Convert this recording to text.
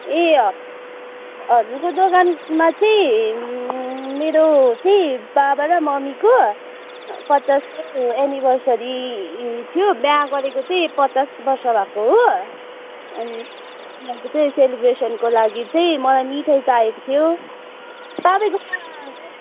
ए हजुरको दोकानमा चाहिँ मेरो चाहिँ बाबा र मम्मीको पचासौँ एनिभर्सरी थियो बिहा गरेको चाहिँ पचास वर्ष भएको हो अनि उनीहरूको चाहिँ सेलिब्रेसनको लागि चाहिँ मलाई मिठाई चाहिएको थियो तपाईँकोमा